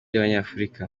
y’abanyafurika